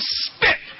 spit